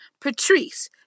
Patrice